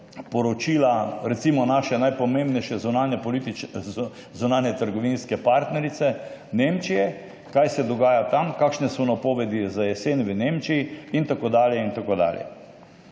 poročila recimo naše najpomembnejše zunanjetrgovinske partnerice Nemčije, kaj se dogaja tam, kakšne so napovedi za jesen v Nemčiji, in tako dalje